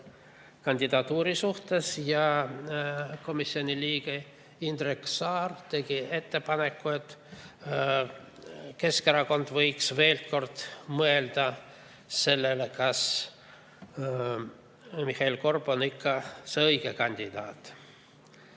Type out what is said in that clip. kandidatuuri suhtes. Komisjoni liige Indrek Saar tegi ettepaneku, et Keskerakond võiks veel kord mõelda, kas Mihhail Korb on ikka see õige kandidaat.